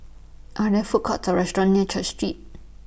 Are There Food Courts Or restaurants near Church Street